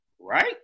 right